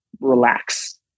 relax